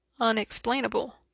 unexplainable